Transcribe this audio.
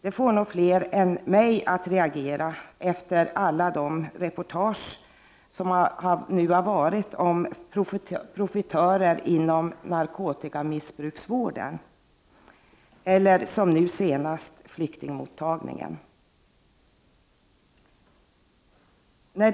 Det får nog fler än mig att reagera efter alla de reportage som nu varit om profitörer inom narkotikamissbruksvården och, nu senast, flyktingmottagningen.